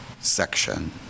section